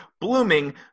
blooming